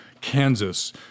Kansas